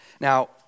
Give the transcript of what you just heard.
Now